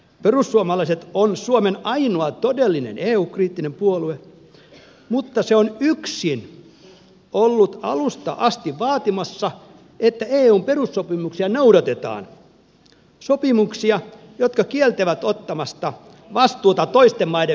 perussuomalaiset on suomen ainoa todellinen eu kriittinen puolue mutta se on yksin ollut alusta asti vaatimassa että eun perussopimuksia noudatetaan sopimuksia jotka kieltävät ottamasta vastuuta toisten maiden veloista